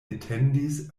etendis